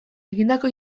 egindako